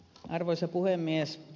arvoisa puhemies